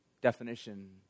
definition